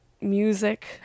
music